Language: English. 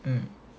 mm